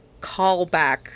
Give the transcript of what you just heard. callback